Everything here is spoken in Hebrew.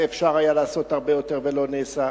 אפשר היה לעשות הרבה יותר ולא נעשה?